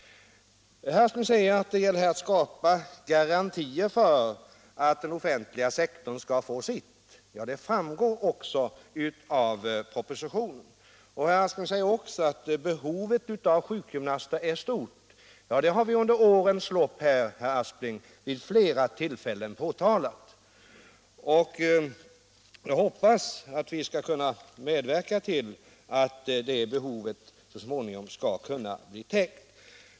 Herr Aspling säger att det gäller att skapa garantier för att den offentliga sektorn skall få sitt. Ja, det framgår också av propositionen. Herr Aspling säger vidare att behovet av sjukgymnaster är stort. Ja, det har vi, herr Aspling, under årens lopp här i riksdagen vid flera tillfällen framhållit. Jag hoppas nu att vi kan medverka till att det behovet så småningom skall bli täckt.